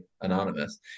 anonymous